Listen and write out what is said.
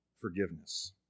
forgiveness